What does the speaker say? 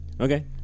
Okay